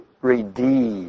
redeemed